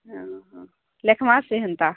ହଁ ହଁ ଲେଖମାସେ ହେନ୍ତା